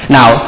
Now